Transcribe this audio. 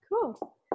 Cool